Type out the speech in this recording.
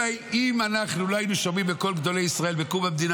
אם אנחנו לא היינו שומעים בקול גדולי ישראל בקום המדינה,